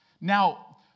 Now